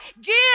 give